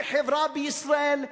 כחברה בישראל,